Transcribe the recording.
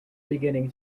beginning